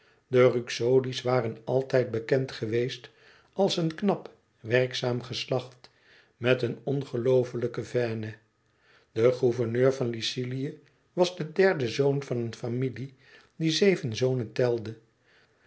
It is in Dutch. familie de ruxodi's waren altijd bekend geweest als een knap werkzaam geslacht met een ongelooflijke veine de gouverneur van lycilië was de derde zoon van eene familie die zeven zonen telde